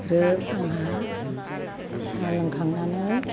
ग्रोब आंहा साहा लोंखांनानै